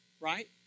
Right